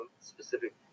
specific